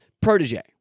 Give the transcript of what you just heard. protege